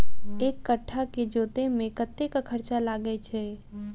एक कट्ठा केँ जोतय मे कतेक खर्चा लागै छै?